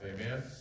amen